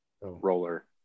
roller